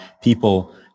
people